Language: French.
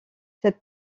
cet